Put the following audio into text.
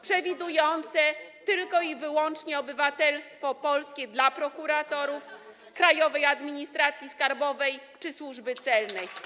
przewidujące tylko i wyłącznie obywatelstwo polskie dla prokuratorów, w Krajowej Administracji Skarbowej czy Służbie Celnej.